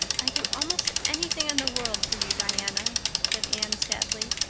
i'd do almost anything in the world for you, diana, said anne sadly.